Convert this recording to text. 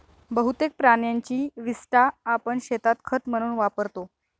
बहुतेक प्राण्यांची विस्टा आपण शेतात खत म्हणून वापरतो